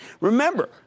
Remember